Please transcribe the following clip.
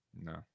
No